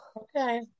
okay